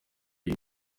uyu